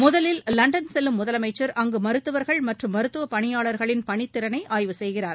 முதலில் லண்டன் செல்லும் முதலமைச்சா் அங்கு மருத்துவா்கள் மற்றும் மருத்துவப் பணியாளா்களின் பணித்திறனை ஆய்வு செய்கிறார்